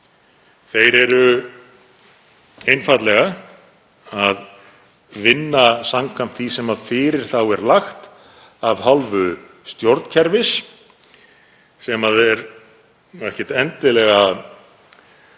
Þeir eru einfaldlega að vinna samkvæmt því sem fyrir þá er lagt af hálfu stjórnkerfis sem er ekkert endilega